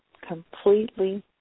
completely